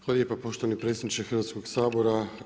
Hvala lijepo poštovani predsjedniče Hrvatskog sabora.